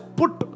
put